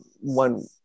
one